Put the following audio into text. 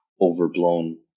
overblown